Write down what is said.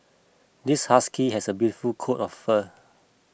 this husky has a beautiful coat of fur